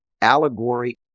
allegory